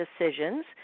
decisions